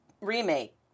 remake